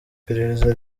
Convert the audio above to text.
iperereza